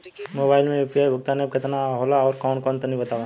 Mobile म UPI भुगतान app केतना होला आउरकौन कौन तनि बतावा?